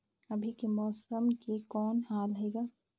अभी के मौसम के कौन हाल हे ग?